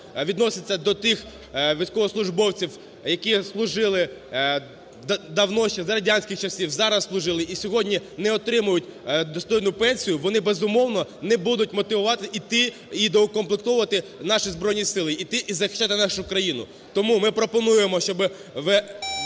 відноситься до тих військовослужбовців, які служили давно, ще за радянських часів, зараз служили і сьогодні не отримують достойну пенсію, вони, безумовно, не будуть мотивувати іти і доукомплектовувати наші Збройні Сили, іти і захищати нашу країну. Тому ми пропонуємо, щоб такі